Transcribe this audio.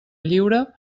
lliure